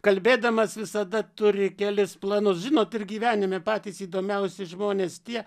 kalbėdamas visada turi kelis planus žinot ir gyvenime patys įdomiausi žmonės tie